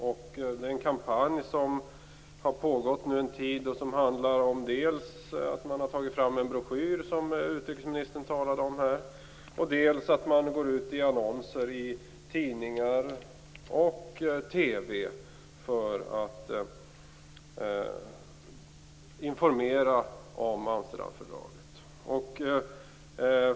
Det är en kampanj som nu har pågått en tid och där man dels har tagit fram en broschyr, som utrikesministern talade om här, dels går ut i annonser i tidningar och TV för att informera om Amsterdamfördraget.